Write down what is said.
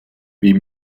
wie